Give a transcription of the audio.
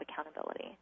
accountability